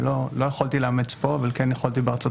שלא יכולתי לאמץ פה אבל כן יכולתי בארצות